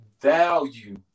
value